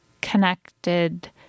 connected